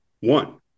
One